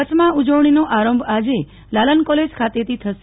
કચ્છમાં ઉજવણીનો આરંભ આજે લાલન કોલેજ ખાતેથી થશે